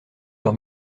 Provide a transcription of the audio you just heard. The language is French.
leur